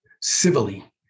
civilly